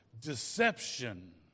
Deception